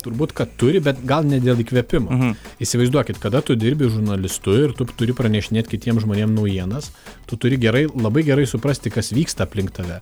turbūt kad turi bet gal ne dėl įkvėpimo įsivaizduokit kada tu dirbi žurnalistu ir tu turi pranešinėt kitiem žmonėm naujienas tu turi gerai labai gerai suprasti kas vyksta aplink tave